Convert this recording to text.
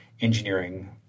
engineering